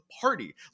party